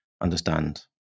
understand